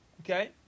Okay